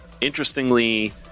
Interestingly